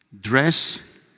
dress